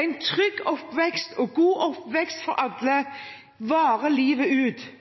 En trygg og god oppvekst for alle varer livet ut.